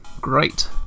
Great